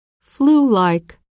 flu-like